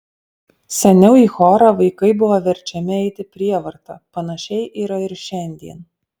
seniau į chorą vaikai buvo verčiami eiti prievarta panašiai yra ir šiandien